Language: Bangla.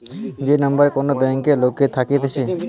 যে নম্বর কোন ব্যাংকে লোকের থাকতেছে